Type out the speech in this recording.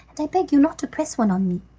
and i beg you not to press one on me.